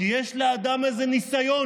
כי יש לאדם הזה ניסיון.